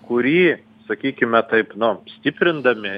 kurį sakykime taip nu stiprindami